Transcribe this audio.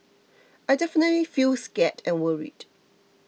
I definitely feel scared and worried